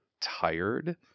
tired